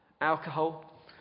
Alcohol